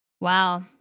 Wow